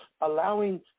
allowing